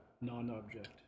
non-object